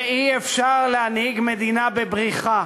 ואי-אפשר להנהיג מדינה בבריחה: